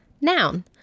Noun